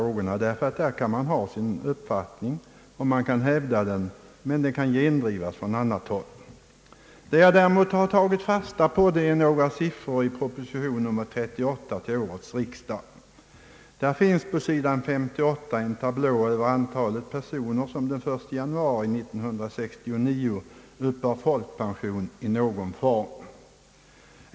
I fråga om dessa ting kan man ha en uppfattning och hävda den men den kan också gendrivas från annat håll. Däremot har jag tagit fasta på några siffror ur propositionen nr 38 till årets riksdag. På s. 58 i propositionen finns en tablå över antalet personer som den 1 januari 1969 uppbar folkpension i någon form.